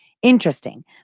Interesting